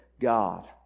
God